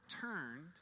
turned